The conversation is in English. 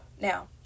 Now